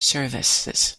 services